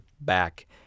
back